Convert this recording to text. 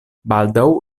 baldaŭ